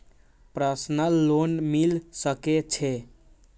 Personal loan मिल सके छे?